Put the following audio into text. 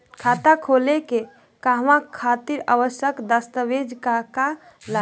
खाता खोले के कहवा खातिर आवश्यक दस्तावेज का का लगी?